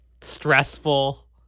stressful